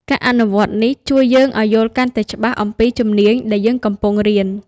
ការអនុវត្តនេះជួយយើងឲ្យយល់កាន់តែច្បាស់អំពីជំនាញដែលយើងកំពុងរៀន។